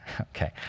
okay